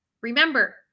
remember